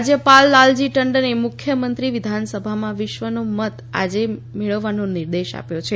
રાજ્યપાલ લાલજી ટંડને મુખ્યમંત્રીને વિધાનસભામાં વિશ્વાસનો મત આજે મેળવવાનો નિર્દેશ આપ્યો છે